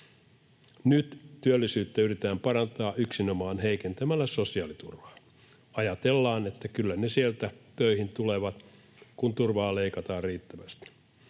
Nyt työllisyyttä yritetään parantaa yksinomaan heikentämällä sosiaaliturvaa. Ajatellaan, että kyllä ne sieltä töihin tulevat, kun turvaa leikataan riittävästi.